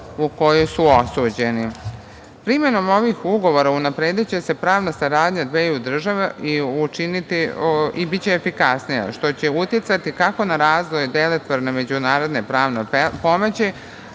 u kojoj su osuđeni. Primenom ovih ugovora unaprediće se pravna saradnja dveju država i biće efikasnija, što će uticati kako na razvoj delotvorne međunarodne pomoći,